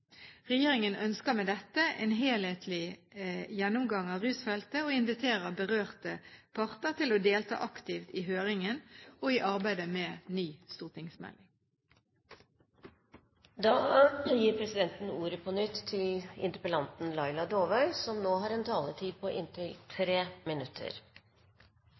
Regjeringen ønsker med dette en helhetlig gjennomgang av rusfeltet og inviterer berørte parter til å delta aktivt i høringen og i arbeidet med ny